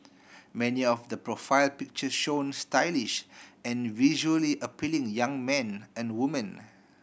many of the profile pictures show stylish and visually appealing young men and women